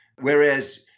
whereas